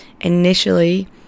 initially